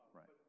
right